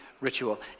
ritual